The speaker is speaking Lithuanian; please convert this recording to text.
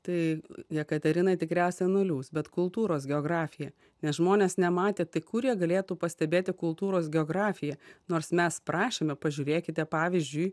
tai jekaterina tikriausia nuliūs bet kultūros geografija nes žmonės nematė tai kur jie galėtų pastebėti kultūros geografiją nors mes prašėme pažiūrėkite pavyzdžiui